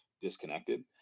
disconnected